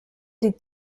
die